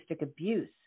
abuse